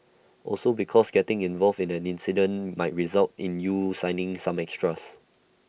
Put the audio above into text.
also because getting involved in an incident might result in you signing some extras